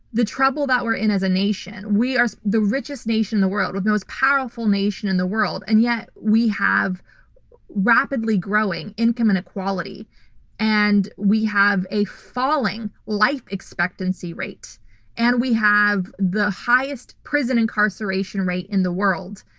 the trouble that we're in as a nation, we are the richest nation in the world, the most powerful nation in the world. and yet we have rapidly growing income inequality and we have a falling life expectancy rate and we have the highest prison incarceration rate in the world,